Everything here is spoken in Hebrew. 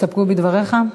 שיסתפקו בדבריך?